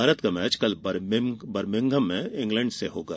भारत का मैच कल बर्मिंघम में इंग्लैंड से होगा